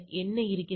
என்ன இருக்கிறது